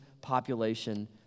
population